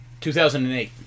2008